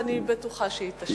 ואני בטוחה שהיא תשיב עליהן.